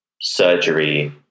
surgery